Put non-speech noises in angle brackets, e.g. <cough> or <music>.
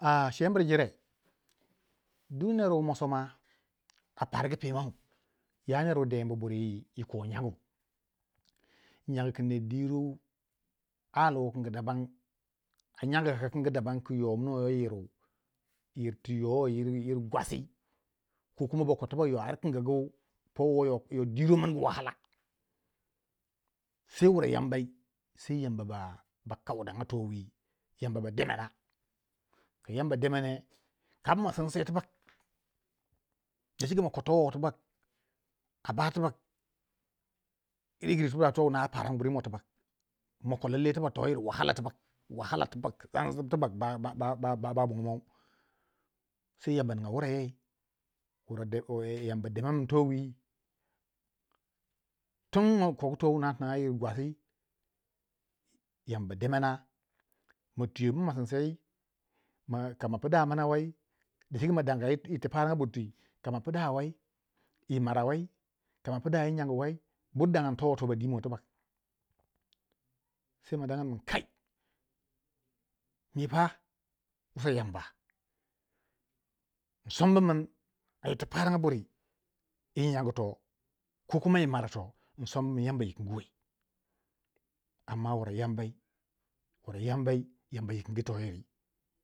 <hesitation> shemmir jire duk nere wumasonia afargu fimawu ya nere wudenbu buri yi yiri ko nyangu, nyang ku ner diro ali wu kang dabam a nyang ku kangu daban ku yomanoyo yiriu, yirti yowai yir gwasii ko kuma ba ko yo ar kingu powo yo diro miringi wahala se wura yambai sei Yamba ba kauranga towi, Yamba ba demana, ka yamba demani kama sinsei tibak dacike mako towo tibak a ba tibak kirikiri tibak towuna arr parangu buru imo mako lallai toyir wahala tibak, banza tibak ba bugu mau se Yamba ninga wurai yei Yamba Dema mang Towi, tumm makogu to wuna tina yir gwasii, Yamba demana ma twiwo bu ma sinsei kama pda mana wei dacike ma danga yiti paranga bur twi, kama pda wei yi mara wei, kama pda yi nyang wei bur daganni to wo ba di mo tibak, sai ma danga kin kai mi pa usa Yamba insombu min yitti paranga buri yi nyang to kokuma yi mara toh insombu min Yamba Yikingwei amma wura yambai wura yambai Yamba Yikingyi to Yiri